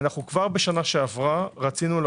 ככל שנותנים להם יותר בזמנים הם יותר מרוצים,